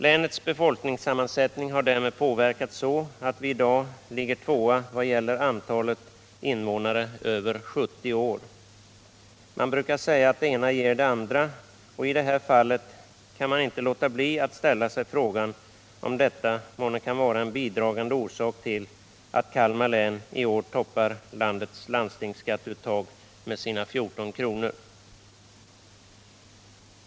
Länets befolkningssammansättning har därmed påverkats, så att vi i dag ligger tvåa vad gäller antalet invånare över 70 år. Man brukar säga att det ena ger det andra, och i det här fallet kan man inte låta bli att ställa sig frågan om detta månne kan vara en bidragande orsak till att Kalmar län i år toppar landets landstingsskatteuttag med sina 14 kronor.